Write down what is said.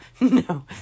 no